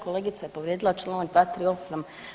Kolegica je povrijedila članak 238.